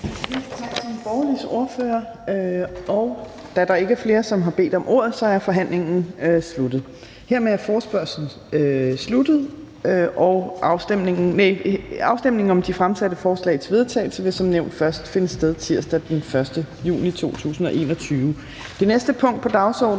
til Nye Borgerliges ordfører. Da der ikke er flere, som har bedt om ordet, er forhandlingen sluttet. Hermed er forespørgslen sluttet. Afstemningen om de fremsatte forslag til vedtagelse vil som nævnt først finde sted tirsdag den 1. juni 2021. --- Det næste punkt på dagsordenen